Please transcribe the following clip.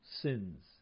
sins